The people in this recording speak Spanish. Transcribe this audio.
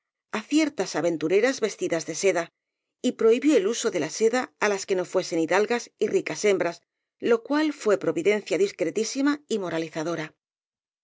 á ciertas aventureras vestidas de seda y prohibió el uso de la seda á las que no fuesen hidalgas y ricas hembras lo cual fué providencia discretísima y moralizadora